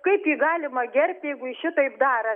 kaip jį galima gerbti jeigu jis šitaip daro